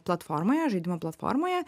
platformoje žaidimo platformoje